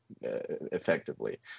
effectively